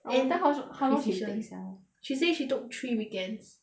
and da hua efficient sia how long she take ah she say she took three weekends